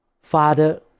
Father